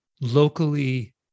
locally